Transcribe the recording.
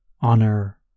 honor